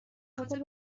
خاطر